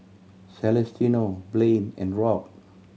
Celestino Blane and Robb